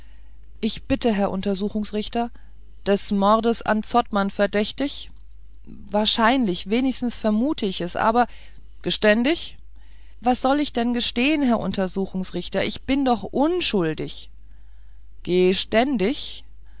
ich bitte herr untersuchungsrichter des mordes an zottmann verdächtig wahrscheinlich wenigstens vermute ich es aber geständig was soll ich denn gestehen herr untersuchungsrichter ich bin doch unschuldig